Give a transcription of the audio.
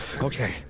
Okay